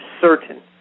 certain